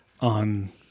on